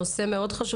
זה נושא חשוב מאוד.